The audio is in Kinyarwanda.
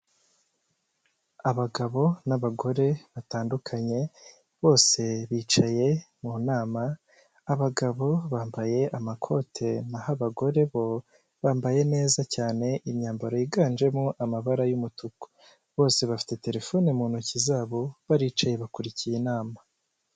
Abagabo n'abagore batandukanye bose bicaye mu nama, abagabo bambaye amakote naho abagore bo bambaye neza cyane imyambaro yiganjemo amabara y'umutuku, bose bafite telefone mu ntoki zabo baricaye bakurikiye inama.